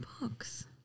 books